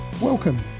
Welcome